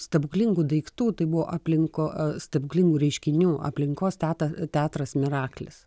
stebuklingų daiktų tai buvo aplinko stebuklingų reiškinių aplinkos teta teatras miraklis